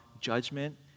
judgment